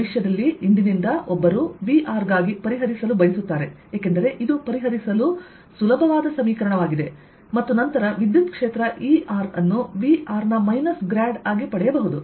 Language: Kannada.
ಭವಿಷ್ಯದಲ್ಲಿ ಇಂದಿನಿಂದ ಒಬ್ಬರು V ಗಾಗಿ ಪರಿಹರಿಸಲು ಬಯಸುತ್ತಾರೆ ಏಕೆಂದರೆ ಇದು ಪರಿಹರಿಸಲು ಸುಲಭವಾದ ಸಮೀಕರಣವಾಗಿದೆ ಮತ್ತು ನಂತರ ವಿದ್ಯುತ್ಕ್ಷೇತ್ರ E ಅನ್ನುV ನ ಮೈನಸ್ ಗ್ರಾಡ್ ಆಗಿ ಪಡೆಯಬಹುದು